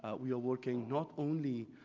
ah we are working not only